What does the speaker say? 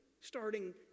starting